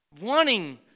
wanting